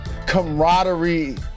camaraderie